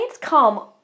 Come